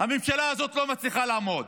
הממשלה הזאת לא מצליחה לעמוד,